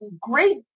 great